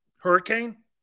Hurricane